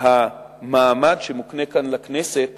המעמד שמוקנה כאן לכנסת